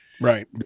Right